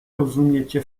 rozumiecie